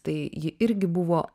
tai ji irgi buvo